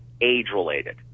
age-related